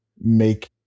make